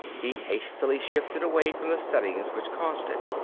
he hastily shifted away from the settings which caused it.